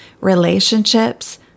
relationships